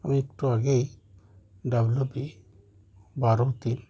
আমি একটু আগেই ডাব্লু বি বারো তিন